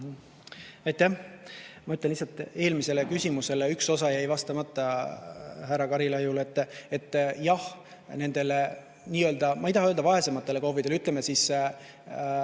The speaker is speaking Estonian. Ma ütlen lihtsalt, kuna eelmisele küsimusele üks osa jäi vastamata, härra Karilaiule: jah, nendele, ma ei taha öelda vaesematele KOV-idele, ütleme siis,